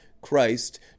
Christ